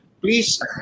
please